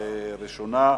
2010,